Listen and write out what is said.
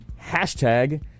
hashtag